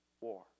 war